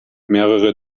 mehrere